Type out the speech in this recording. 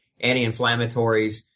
anti-inflammatories